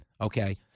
Okay